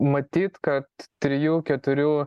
matyt kad trijų keturių